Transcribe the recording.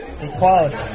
Equality